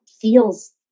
feels